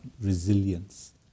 resilience